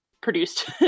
produced